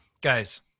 guys